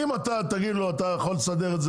אם אתה תגיד לו שהוא יכול לסדר את זה